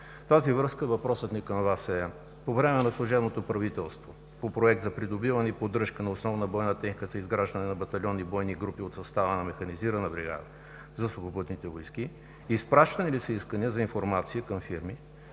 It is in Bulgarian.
тази връзка въпросът ми към Вас е: по време на служебното правителство по Проект за придобиване и поддръжка на основна бойна техника за изграждане на батальонни бойни групи от състава на механизирана бригада за Сухопътните войски, изпращани ли са искания за информация към фирми,